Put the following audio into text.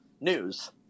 News